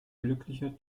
glücklicher